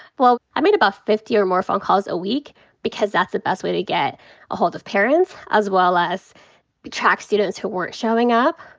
well, i made about fifty or more phone calls a week because that's the best way to get ahold of parents as well as track students who weren't showing up.